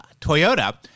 Toyota